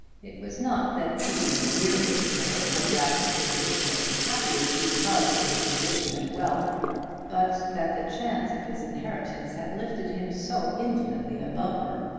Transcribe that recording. it was not that he was dearer to her, or that her condition was the happier, because of his position and wealth but that the chance of his inheritance had lifted him so infinitely above her!